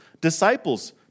disciples